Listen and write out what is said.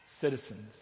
citizens